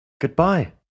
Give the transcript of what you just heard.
goodbye